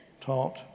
taught